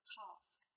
task